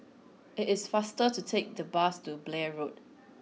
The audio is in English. it is faster to take the bus to Blair Road